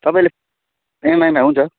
तपाईँले इएमआईमा हुन्छ